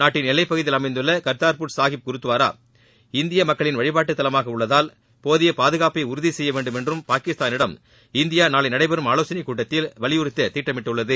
நாட்டின் எல்லைப் பகுதியில் அமைந்துள்ள கர்தார்பூர் சாஹிப் குருத்வாரா இந்திய மக்களின் வழிபாட்டுத்தலமாக உள்ளதால் போதிய பாதுகாப்பை உறுதி செய்ய வேண்டும் என்றும் பாகிஸ்தாளிடம் இந்தியா நாளை நடைபெறும் ஆலோசனைக் கூட்டத்தில் வலியுறுத்த திட்டமிட்டுள்ளது